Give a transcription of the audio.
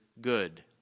good